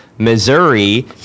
Missouri